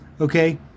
okay